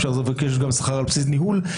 אפשר לבקש שכר על בסיס ניהול,